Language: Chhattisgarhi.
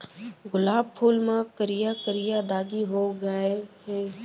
गुलाब फूल म करिया करिया दागी हो गय हे